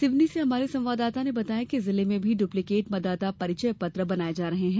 सिवनी से हमारे संवाददाता ने बताया है कि जिले में भी डुप्लीकेट मतदाता परिचय पत्र बनाये जा रहे हैं